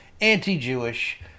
anti-Jewish